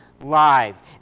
lives